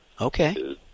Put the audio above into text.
Okay